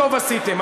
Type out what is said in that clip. טוב עשיתם.